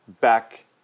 back